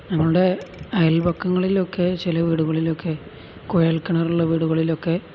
നമ്മളുടെ അയൽപക്കങ്ങളിലൊക്കെ ചില വീടുകളിലൊക്കെ കുഴൽക്കിണറുള്ള വീടുകളിലൊക്കെ